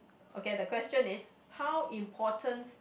okay the question is how importance